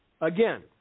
Again